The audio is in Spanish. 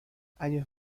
años